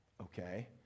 Okay